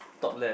top left